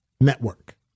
network